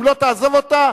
אם לא תעזוב אותה,